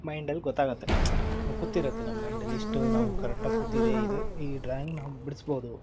ಮೈಂಡಲ್ಲಿ ಗೊತ್ತಾಗುತ್ತೆ ಕೂತಿರತ್ತೆ ನಮ್ಮ ಮೈಂಡಲ್ಲಿ ಇಷ್ಟು ನಾವು ಕರೆಕ್ಟಾಗಿ ಕೂತಿದೆ ಇದು ಈ ಡ್ರಾಯಿಂಗ್ ನಾವು ಬಿಡಿಸ್ಬೋದು